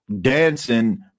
dancing